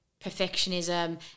perfectionism